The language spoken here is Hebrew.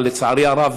אבל לצערי הרב,